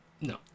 No